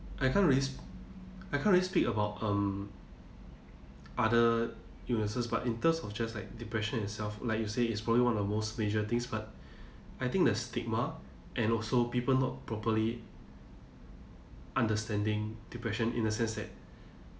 I can't really I can't really speak about um other illnesses but in terms of just like depression itself like you say it's probably one of the most major things but I think the stigma and also people not properly understanding depression in a sense that